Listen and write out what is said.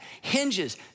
hinges